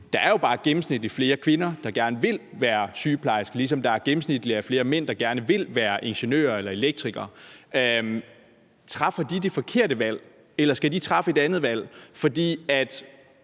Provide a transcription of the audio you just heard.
der er jo bare gennemsnitligt flere kvinder, der gerne vil være sygeplejerske, ligesom der gennemsnitligt er flere mænd, der gerne vil være ingeniør eller elektriker. Træffer de de forkerte valg, eller skal de træffe et andet valg? Hvis